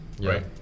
right